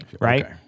right